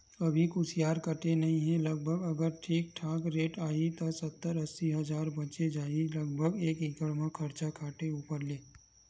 अभी कुसियार कटे नइ हे लगभग अगर ठीक ठाक रेट आही त सत्तर अस्सी हजार बचें जाही लगभग एकड़ म खरचा काटे ऊपर ले